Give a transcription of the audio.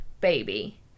baby